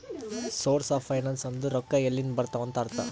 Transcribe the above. source of finance ಅಂದುರ್ ರೊಕ್ಕಾ ಎಲ್ಲಿಂದ್ ಬರ್ತಾವ್ ಅಂತ್ ಅರ್ಥ